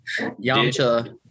Yamcha